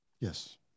yes